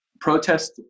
protest